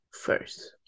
first